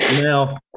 now